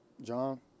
John